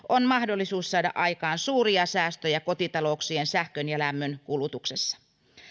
on mahdollisuus saada aikaan suuria säästöjä kotitalouksien sähkön ja lämmönkulutuksessa